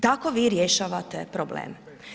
Tako vi rješavate probleme.